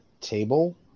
table